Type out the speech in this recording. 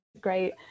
great